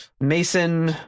Mason